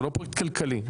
זה לא פרויקט כלכלי,